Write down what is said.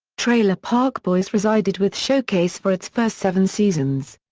trailer park boys resided with showcase for its first seven seasons.